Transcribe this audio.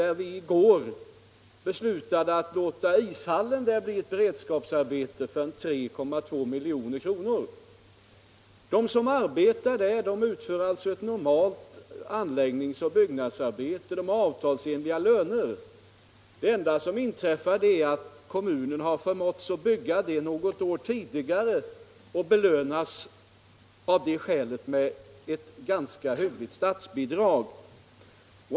I går beslöt vi att låta ishallen i Timrå bli beredskapsarbete för 3,2 milj.kr. De som arbetar där utför alltså ett normalt anläggnings och byggnadsarbete och har avtalsenliga löner. Den enda skillnaden är att kommunen förmåtts att bygga ishallen något år tidigare och av det skälet belönats med ett ganska hyggligt statsbidrag.